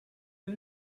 who